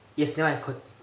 yes nevermind con~